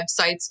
websites